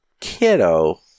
Kiddo